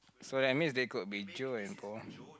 so that means they could be Joe and Paul